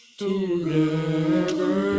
together